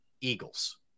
Eagles